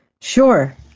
Sure